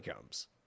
comes